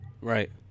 Right